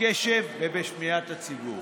בקשב ובשמיעת הציבור.